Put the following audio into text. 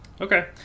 Okay